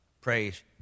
Praise